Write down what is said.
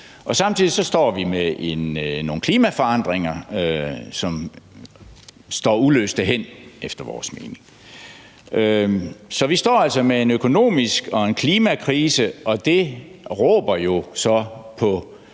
Samtidig står vi med nogle klimaforandringer, som efter vores mening står uløste hen. Så vi står altså med en økonomisk krise og en klimakrise, og det råber jo på